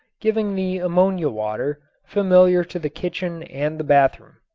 giving the ammonia water, familiar to the kitchen and the bathroom.